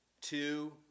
two